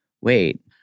wait